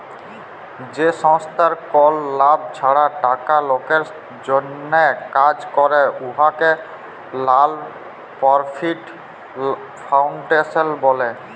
যে সংস্থার কল লাভ ছাড়া টাকা লকের জ্যনহে কাজ ক্যরে উয়াকে লল পরফিট ফাউল্ডেশল ব্যলে